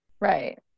Right